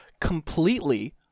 completely